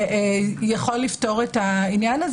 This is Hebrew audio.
יכול לפתור את העניין.